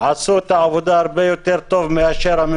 עשו את העבודה הרבה יותר טוב מהממשלה,